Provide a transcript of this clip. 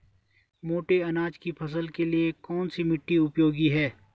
मोटे अनाज की फसल के लिए कौन सी मिट्टी उपयोगी है?